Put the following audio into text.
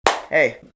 Hey